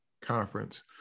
Conference